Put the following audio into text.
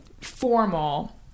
formal